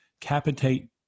capitate